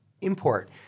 import